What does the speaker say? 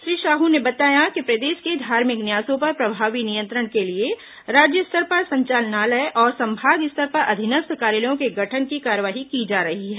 श्री साहू ने बताया कि प्रदेश के धार्मिक न्यासों पर प्रभावी नियंत्रण के लिए राज्य स्तर पर संचालनालय और संभाग स्तर पर अधीनस्थ कार्यालयों के गठन की कार्रवाई की जा रही है